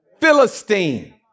Philistine